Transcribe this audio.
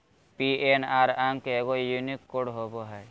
PNR अंक एगो unique code होबो हइ